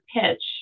pitch